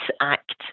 act